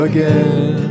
Again